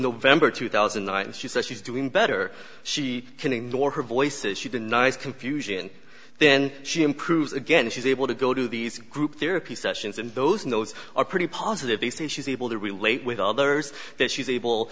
november two thousand and nine and she says she's doing better she can ignore her voice if she denies confusion then she improves again she's able to go to these group therapy sessions and those and those are pretty positive based and she's able to relate with others that she's able